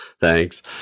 Thanks